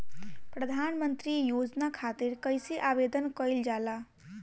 प्रधानमंत्री योजना खातिर कइसे आवेदन कइल जाला?